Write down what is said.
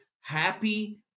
happy